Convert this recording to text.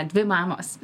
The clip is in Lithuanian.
dvi mamos